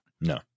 no